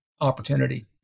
opportunity